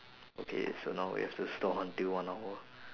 okay so now we have to stall until one hour